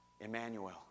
Emmanuel